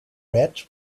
red